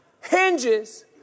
hinges